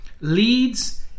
leads